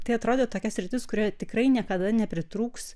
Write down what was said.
tai atrodė tokia sritis kurioje tikrai niekada nepritrūks